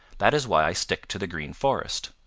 that is why i stick to the green forest.